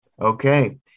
Okay